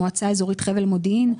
מועצה אזורית חבל מודיעין,